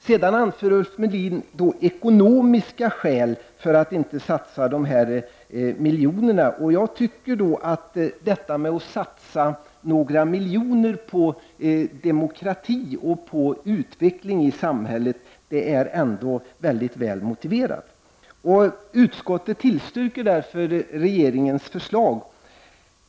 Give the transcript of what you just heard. Sedan anför Ulf Melin ekonomiska skäl för att inte satsa dessa miljoner. Jag tycker att det ändå är mycket väl motiverat att satsa några miljoner på demokrati och på utveckling i samhället. Utskottet tillstyrker därför regeringens förslag.